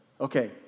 Okay